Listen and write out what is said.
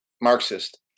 Marxist